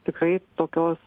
tikrai tokios